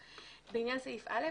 לעניין סעיף (א),